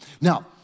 Now